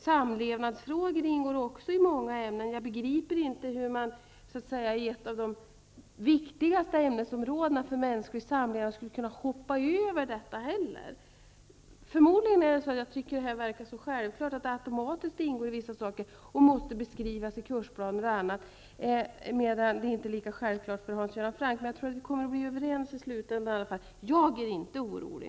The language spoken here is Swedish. Samlevnadsfrågor ingår också i många ämnen, och jag beriper inte hur man på ett av de viktigaste ämnesområdena för mänsklig samlevnad skulle kunna hoppa över sexualundervisning. Förmodligen är det så, att jag tycker att det är så självklart att detta ämne automatiskt ingår i många andra ämnen att det inte behöver beskrivas i kursplaner etc. Det förefaller inte lika självklart för Hans Göran Franck. I slutändan kommer vi nog att vara överens i alla fall. Jag är inte orolig.